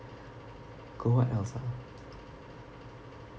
got what else ah